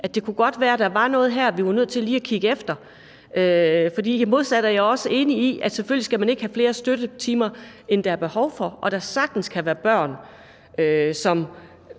godt kunne være, der var noget her, vi var nødt til lige at kigge på. Modsat er jeg også enig i, at selvfølgelig skal man ikke have flere støttetimer, end der er behov for, og at der sagtens kan være børn, som